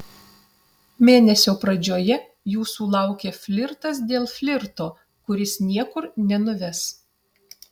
mėnesio pradžioje jūsų laukia flirtas dėl flirto kuris niekur nenuves